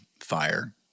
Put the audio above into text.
fire